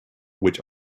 which